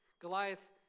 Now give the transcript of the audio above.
Goliath